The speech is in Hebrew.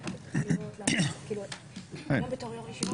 גם לאנשי ציבור,